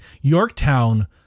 Yorktown